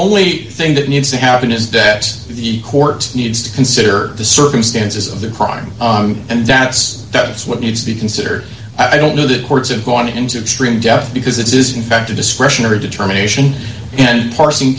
only thing that needs to happen is that the court needs to consider the circumstances of the crime and that's that is what needs to be considered i don't know that courts are going to n z extreme death because it is in fact a discretionary determination and parsing